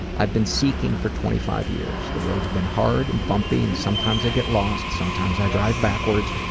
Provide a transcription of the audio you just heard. i've been seeking for twenty five years. the road's been hard and bumpy and sometimes i get lost, sometimes i drive backwards,